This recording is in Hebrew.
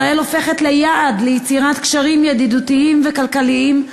ישראל הופכת ליעד ליצירת קשרים ידידותיים וכלכליים,